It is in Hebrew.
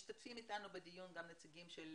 משתתפים אתנו בדיון גם נציגים של